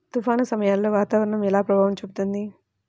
తుఫాను సమయాలలో వాతావరణం ఎలా ప్రభావం చూపుతుంది?